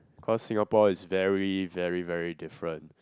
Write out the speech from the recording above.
cause Singapore is very very very different